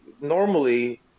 normally